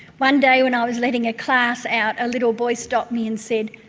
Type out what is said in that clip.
one day when i was letting a class out, a little boy stopped me and said,